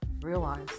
realize